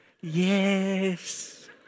yes